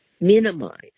minimize